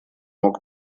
мог